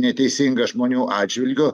neteisinga žmonių atžvilgiu